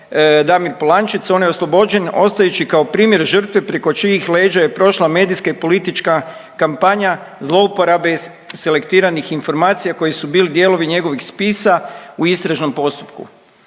Damir Polančec on je oslobođen ostajući kao primjer žrtve preko čijih leđa je prošla medijska i politička kampanja zlouporabe selektiranih informacija koji su bili dijelovi njegovih spisa u istražnom postupku.